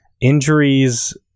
injuries